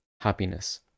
happiness